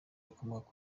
rikomoka